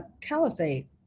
caliphate